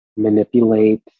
manipulate